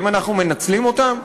האם אנחנו מנצלים אותן?